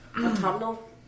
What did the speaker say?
Autumnal